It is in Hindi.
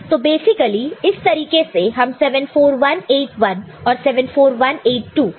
तो बेसिकली इस तरीके से हम 74181 और 74182 को इस्तेमाल कर सकते हैं